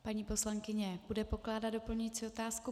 Paní poslankyně bude pokládat doplňující otázku.